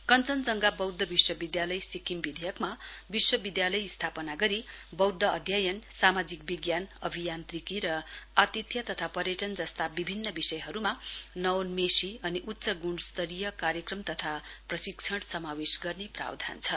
कञ्चनजंघा बौद्ध विश्वविद्यालय सिक्किम विधेयकमा विश्वविद्यालय स्थापना गरी बौद्ध अध्ययन सामाजिक विज्ञान अभियान्त्रिकी र आतिथ्य तथा पर्यटन जस्ता विभिन्न विषयहरूमा नवेन्मेषी अनि उच्च गुणस्तरीय कार्यक्रम तथा प्रशिक्षण समावेश गर्ने प्रावधान छ